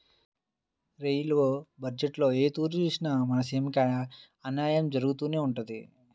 rail బజ్జెట్టులో ఏ తూరి సూసినా మన సీమకి అన్నాయం జరగతానే ఉండాది